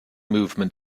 movement